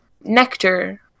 Nectar